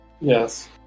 Yes